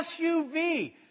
SUV